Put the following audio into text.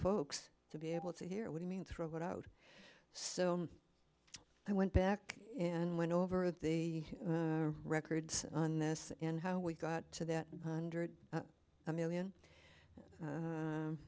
folks to be able to hear what i mean throw it out so i went back and went over the records on this and how we got to that hundred million